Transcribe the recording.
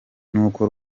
nuko